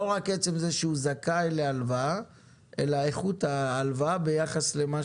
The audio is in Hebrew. לא רק עצם זה שהוא זכאי להלוואה אלא איכות ההלוואה ביחס למה